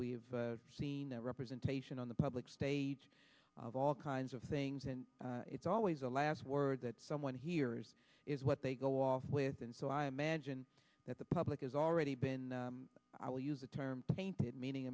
that representation on the public stage of all kinds of things and it's always the last word that someone hears is what they go off with and so i imagine that the public has already been i will use the term painted meaning